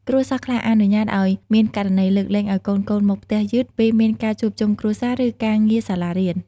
គ្រួសារខ្លះអនុញ្ញាតឱ្យមានករណីលើកលែងឱ្យកូនៗមកផ្ទះយឺតពេលមានការជួបជុំគ្រួសារ ឬការងារសាលារៀន។